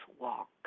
walk